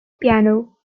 piano